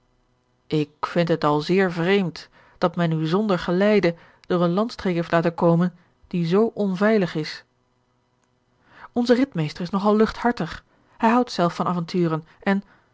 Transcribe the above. ik vind het al zeer vreemd dat men u zonder geleide door een landstreek heeft laten komen die zoo onveilig is onze ridmeester is nog al luchthartig hij houdt zelf van avonturen en